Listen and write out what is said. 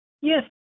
Yes